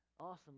Awesome